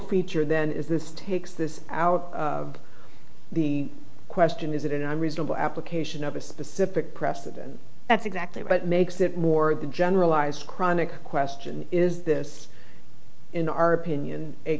feature then is this takes this hour the question is it in a reasonable application of a specific precedent that's exactly what makes it more generalized chronic question is this in our opinion a